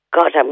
God